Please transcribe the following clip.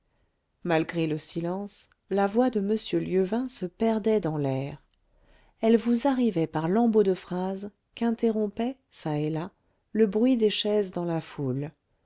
malgré le silence la voix de m lieuvain se perdait dans l'air elle vous arrivait par lambeaux de phrases qu'interrompait çà et là le bruit des chaises dans la foule